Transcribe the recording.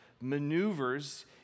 maneuvers